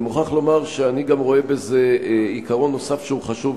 אני מוכרח לומר שאני גם רואה בזה עיקרון חשוב נוסף.